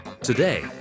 Today